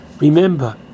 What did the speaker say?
Remember